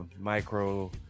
Micro